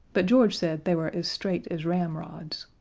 but george said they were as straight as ramrods.